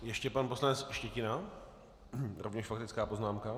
Ještě pan poslanec Štětina, rovněž faktická poznámka.